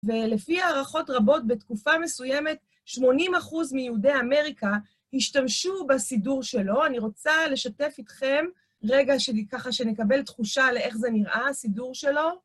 ולפי הערכות רבות, בתקופה מסוימת, 80 אחוז מיהודי אמריקה השתמשו בסידור שלו. אני רוצה לשתף איתכם רגע שככה שנקבל תחושה על איך זה נראה, הסידור שלו.